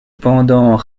pendant